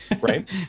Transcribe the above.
right